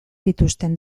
dituzten